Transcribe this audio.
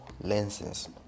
lenses